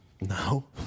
No